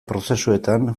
prozesuetan